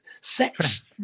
sex